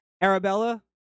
Arabella